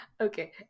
Okay